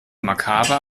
makaber